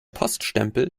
poststempel